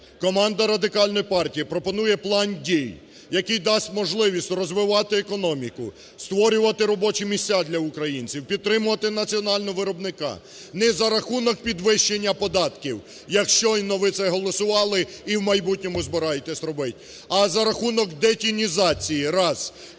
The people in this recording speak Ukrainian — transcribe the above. Команда Радикальної партії пропонує план дій, який дасть можливість розвивати економіку, створювати робочі місця для українців, підтримувати національного виробника. Не за рахунок підвищення податків, як щойно ви це голосували і в майбутньому збираєтесь робити, а за рахунок детінізації